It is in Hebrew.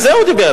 על זה הוא דיבר.